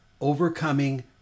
Overcoming